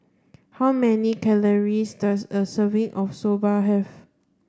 how many calories does a serving of Soba have